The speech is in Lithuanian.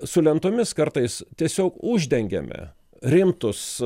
su lentomis kartais tiesiog uždengiame rimtus